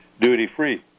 duty-free